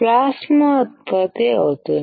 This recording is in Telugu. ప్లాస్మా ఉత్పత్తి అవుతుంది